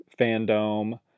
fandom